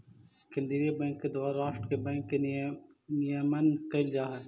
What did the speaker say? केंद्रीय बैंक के द्वारा राष्ट्र के बैंक के नियमन कैल जा हइ